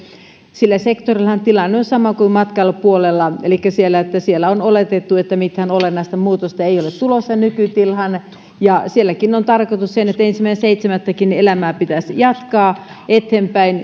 sillä sektorillahan tilanne on sama kuin matkailupuolella elikkä siellä on oletettu että mitään olennaista muutosta ei ole tulossa nykytilaan ja sielläkin on tarkoitus että ensimmäinen seitsemättä elämää pitäisi jatkaa eteenpäin